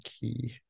Key